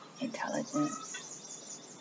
intelligence